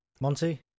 monty